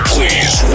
Please